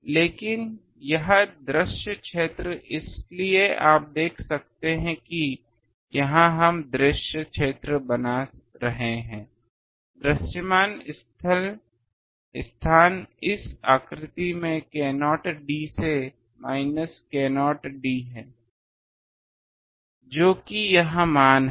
लेकिन यह दृश्य क्षेत्र इसलिए आप देख सकते हैं कि यहां हम दृश्य क्षेत्र बना रहे हैं दृश्यमान स्थान इस आकृति में k0d से माइनस k0d है जो कि यह मान है